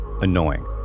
annoying